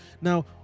Now